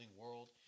world